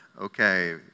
Okay